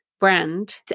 brand